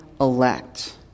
elect